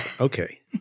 Okay